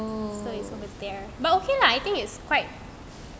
so it's over there but okay lah I think it's quite